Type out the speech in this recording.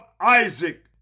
Isaac